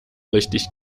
richtig